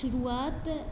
शुरूआति